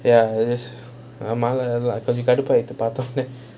ya there's கொஞ்சம் கடுப்பு ஆயிடுச்சி பாத்த உடனே:konjam kaduppu aayiduchi paatha odanae